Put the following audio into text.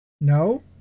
No